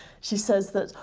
she says that,